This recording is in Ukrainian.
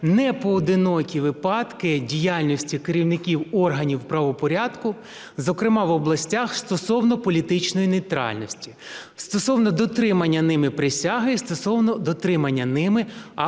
непоодинокі випадки діяльності керівників органів правопорядку, зокрема в областях, стосовно політичної нейтральності, стосовно дотримання ними присяги і стосовно дотримання ними